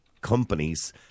companies